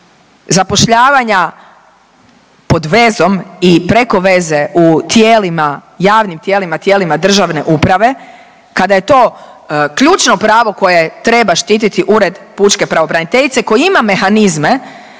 zapošljavanja pod vezom i preko veze u tijelima, javnim tijelima, tijelima državne uprave kada je to ključno pravo koje treba štititi Ured pučke pravobraniteljice koji ima mehanizme